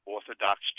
Orthodox